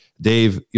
Dave